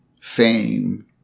fame